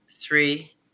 three